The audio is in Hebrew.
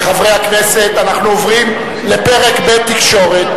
חברי הכנסת, אנחנו עוברים לפרק ב': תקשורת.